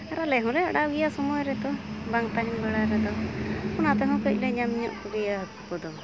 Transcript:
ᱟᱨ ᱟᱞᱮ ᱦᱚᱸᱞᱮ ᱚᱰᱟᱣ ᱜᱮᱭᱟ ᱥᱩᱢᱟᱹᱭ ᱨᱮᱫᱚ ᱵᱟᱝ ᱛᱟᱦᱮᱱ ᱵᱮᱲᱟ ᱨᱮᱫᱚ ᱚᱱᱟ ᱛᱮᱦᱚᱸ ᱠᱟᱹᱡ ᱞᱮ ᱧᱟᱢ ᱧᱚᱜ ᱠᱚᱜᱮᱭᱟ ᱦᱟᱠᱩ ᱫᱚ